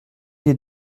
des